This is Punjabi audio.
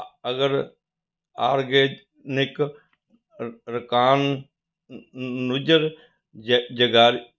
ਅਰਗ ਆਰਗੈਨਿਕ